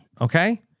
Okay